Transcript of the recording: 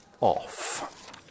off